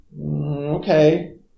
okay